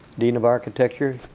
dean of architecture.